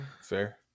fair